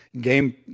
game